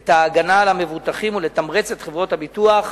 את ההגנה על המבוטחים ולתמרץ את חברות הביטוח